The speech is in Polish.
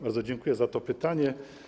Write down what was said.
Bardzo dziękuję za to pytanie.